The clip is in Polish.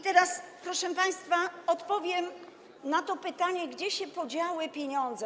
Teraz, proszę państwa, odpowiem na pytanie, gdzie się podziały pieniądze.